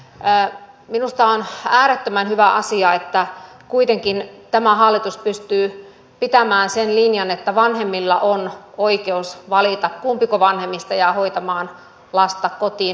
minusta on äärettömän hyvä asia että tämä hallitus kuitenkin pystyy pitämään sen linjan että vanhemmilla on oikeus valita kumpi vanhemmista jää hoitamaan lasta kotiin kotihoidon tuella